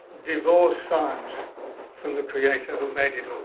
divorce science from the creator who made it all